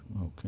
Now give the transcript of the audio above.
okay